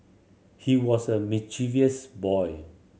he was a mischievous boy